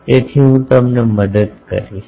તેથી હું તમને મદદ કરીશ